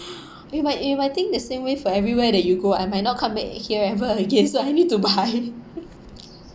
eh but if I if I think the same way for everywhere that you go I might not come back here ever again so I need to buy